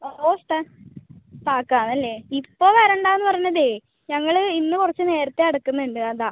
ഓ ഓ ആണല്ലേ ഇപ്പോൾ വരണ്ട എന്ന് പറഞ്ഞത് ഞങ്ങള് ഇന്ന് കുറച്ച് നേരത്തെ അടക്കുന്നുണ്ട് അതാണ്